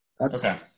Okay